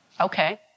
Okay